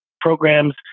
programs